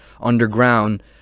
underground